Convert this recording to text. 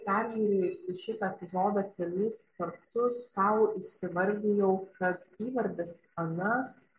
peržiūrėjusi šitą epizodą kelis kartus sau įsivardijau kad įvardis anas